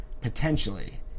potentially